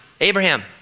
Abraham